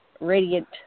radiant